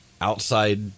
outside